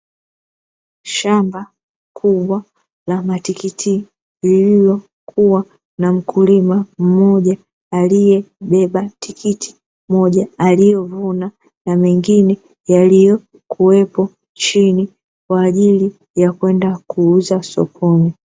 Shamba kubwa la matikiti, lililokuwa na mkulima mmoja aliyebeba tikiti moja, alilovuna na mengine yaliyokuwepo chini kwa ajili ya kwenda kuuza sokoni.